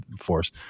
force